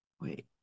Wait